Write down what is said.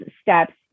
steps